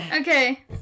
Okay